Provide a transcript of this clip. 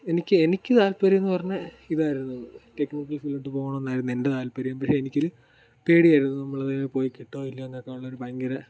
എനിക്ക് എനിക്ക് താല്പര്യം എന്ന് പറഞ്ഞാൽ ഇതായിരുന്നു ടെക്നിക്കൽ ഫീൽഡിലോട്ട് പോകണം എന്നായിരുന്നു എൻ്റെ താല്പര്യം പക്ഷേ എനിക്ക് ഒരു പേടിയായിരുന്നു നമ്മൾ അതിന് പോയി കിട്ടുമോ ഇല്ലയോ എന്നൊക്കെ ഉള്ളൊരു ഭയങ്കര